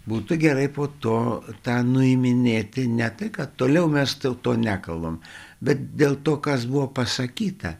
būtų gerai po to tą nuiminėti ne tai kad toliau mes dėl to nekalbam bet dėl to kas buvo pasakyta